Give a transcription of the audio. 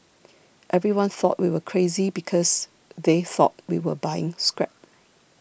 everyone thought we were crazy because they thought we were buying scrap